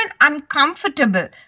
uncomfortable